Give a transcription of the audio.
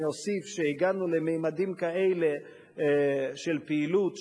אני אוסיף שהגענו לממדים כאלה של פעילות,